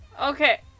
Okay